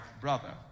brother